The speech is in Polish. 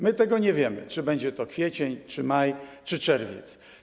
My nie wiemy, czy będzie to kwiecień czy maj, czy czerwiec.